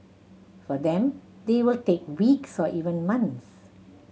for them they will take weeks or even months